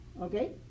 okay